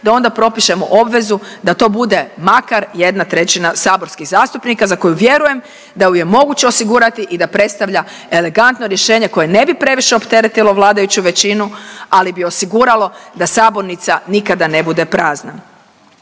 da onda propišemo obvezu da to bude makar jedna trećina saborskih zastupnika za koju vjerujem da ju je moguće osigurati i da predstavlja elegantno rješenje koje ne bi previše opteretilo vladajuću većinu, ali bi osiguralo da sabornica nikada ne bude prazna.